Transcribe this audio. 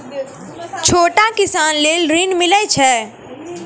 छोटा किसान लेल ॠन मिलय छै?